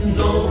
no